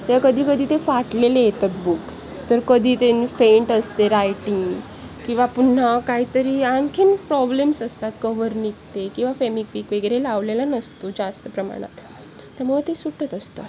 तेव्हा कधी कधी ते फाटलेले येतात बुक्स तर कधी त्यानी फेंट असते रायटिंग किंवा पुन्हा काही तरी आणखीन प्रॉब्लेम्स असतात कवर निघते किंवा फेमिक्विक वगैरे लावलेला नसतो जास्त प्रमाणात त्यामुळे ते सुटत असतं